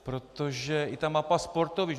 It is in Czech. Protože i ta mapa sportovišť.